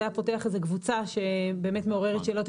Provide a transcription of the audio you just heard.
היה פותח איזו קבוצה שבאמת מעוררת שאלות עקרוניות.